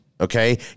Okay